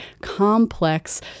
complex